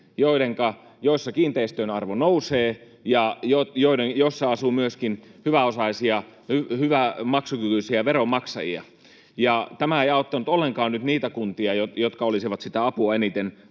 joissa kiinteistöjen arvo nousee ja joissa asuu myöskin hyväosaisia, hyvän maksukyvyn omaavia veronmaksajia. Tämä ei auttanut ollenkaan nyt niitä kuntia, jotka olisivat sitä apua eniten